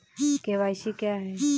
KYC क्या है?